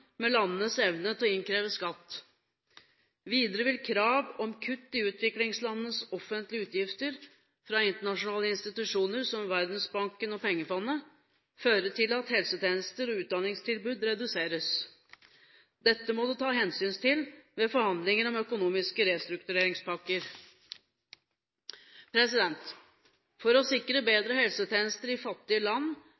med landenes evne til å innkreve skatt. Videre vil krav om kutt i utviklingslandenes offentlige utgifter fra internasjonale institusjoner som Verdensbanken og Pengefondet føre til at helsetjenester og utdanningstilbud reduseres. Dette må det tas hensyn til ved forhandlinger om økonomiske restruktureringspakker. For å sikre